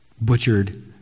Butchered